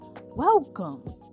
welcome